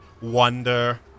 wonder